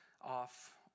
off